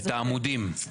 את העמודים.